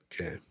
Okay